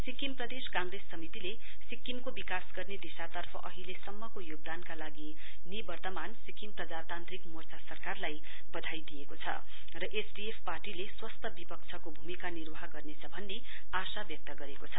सिक्किम प्रदेश काँग्रेस समितिले सिक्किमको विकास गर्ने दिशातर्फ अहिलेसम्मको योगदानका लागि निवर्तमान सिक्किम प्रजातान्त्रिक मोर्चा सरकारलाई वधाई दिएको छ र एसडीएफ पार्टीले स्वस्थ विपक्षको भूमिका निर्वाह गर्नेछ भन्ने आशा व्यक्त गरेको छ